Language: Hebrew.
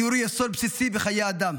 הדיור הוא יסוד בסיסי בחיי האדם.